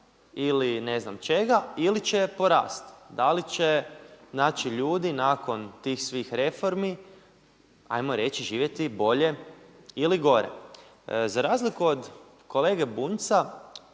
ili ne znam čega ili će porasti. Da li će znači ljudi nakon tih svih reformi 'ajmo reći živjeti bolje ili gore. Za razliku od kolege Bunjca